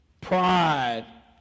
pride